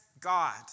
God